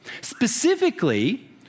Specifically